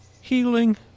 healing